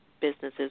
businesses